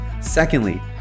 Secondly